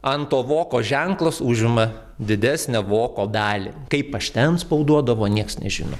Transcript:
ant to voko ženklas užima didesnę voko dalį kaip pašte antspauduodavo nieks nežino